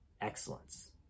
excellence